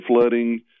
flooding